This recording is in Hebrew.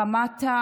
ברמה של